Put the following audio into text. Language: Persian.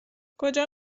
کجا